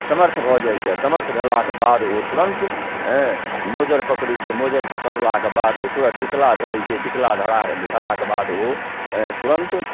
समर्थ भऽ जाए छै समर्थ भेलाके बाद ओ तुरन्त मोजर पकड़ै छै मोजर पकड़लाके बाद ओ तुरन्त टिकला धरै छै टिकला धेलाके बाद ओ तुरन्त